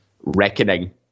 reckoning